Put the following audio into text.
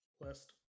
list